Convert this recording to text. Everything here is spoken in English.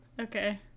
Okay